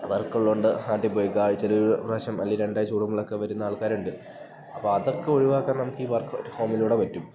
വർക്കൊള്ളോണ്ട് നാട്ടിപ്പോയി നിക്കാം ആഴ്ച്ചേലൊര് പ്രാവശ്യം അല്ലെ രെണ്ടഴ്ച കുടുമ്പലിളൊക്കെ വരുന്ന ആൾക്കാരണ്ട് അപ്പ അതക്ക ഒഴിവാക്കാൻ നമുക്കി വർക്ക് അറ്റ് ഹോമിലൂടെ പറ്റും